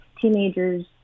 teenagers